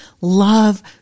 Love